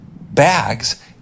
bags